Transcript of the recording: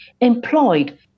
employed